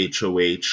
HOH